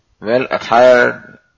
well-attired